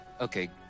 Okay